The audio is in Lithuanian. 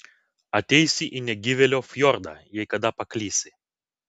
ateisi į negyvėlio fjordą jei kada paklysi